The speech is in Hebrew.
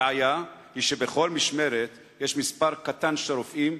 הבעיה היא שבכל משמרת יש מספר קטן של רופאים